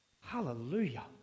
Hallelujah